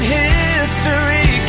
history